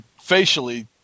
facially